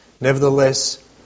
Nevertheless